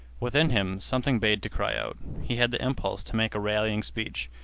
within him something bade to cry out. he had the impulse to make a rallying speech,